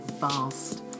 vast